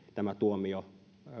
tämä tuomio